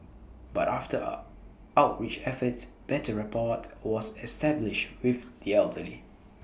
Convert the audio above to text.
but after up outreach efforts better rapport was established with the elderly